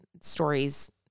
stories